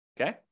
Okay